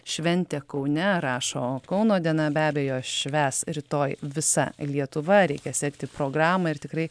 šventę kaune rašo kauno diena be abejo švęs rytoj visa lietuva reikia sekti programą ir tikrai